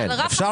אלכס,